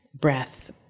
breath